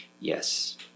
Yes